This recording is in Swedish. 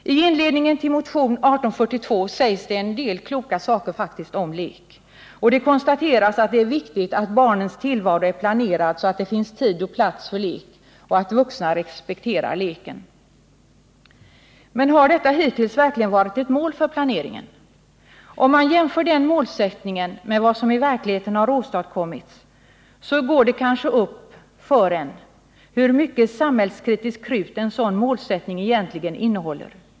I inledningen till motion 1842 sägs det faktiskt en del kloka saker om lek. Och det konstateras att det är viktigt att barnens tillvaro är planerad så att det finns tid och plats för lek och att vuxna respekterar leken. Men har detta hittills verkligen varit ett mål för planeringen? Om man jämför den målsättningen med vad som i verkligheten har åstadkommits, så går det kanske upp för en hur mycket samhällskritiskt krut en sådan målsättning egentligen innehåller.